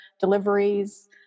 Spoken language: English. deliveries